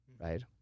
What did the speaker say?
right